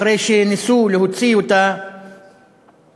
אחרי שניסו להוציא אותה ברכב,